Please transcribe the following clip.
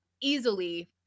easily